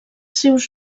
seus